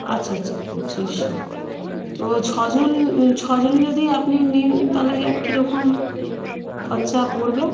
আচ্ছা আচ্ছা পঁচিশশো তো ছজন ছজন যদি আপনি নেন তাহলে কীরকম খরচা পড়বে